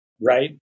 right